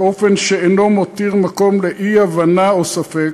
באופן שאינו מותיר מקום לאי-הבנה או ספק,